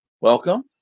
Welcome